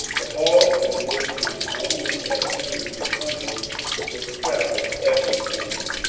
the hall in which my own ad herents assembled was crowded every sunday,